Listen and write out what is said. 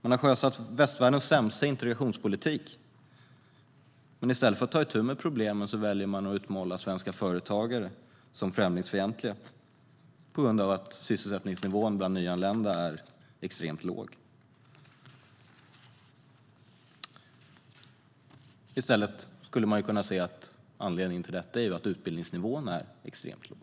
Man har sjösatt västvärldens sämsta integrationspolitik, men i stället för att ta itu med problemen väljer man att utmåla svenska företagare som främlingsfientliga på grund av att sysselsättningsnivån bland nyanlända är extremt låg. I stället skulle man kunna se att anledningen till detta är att utbildningsnivån är extremt låg.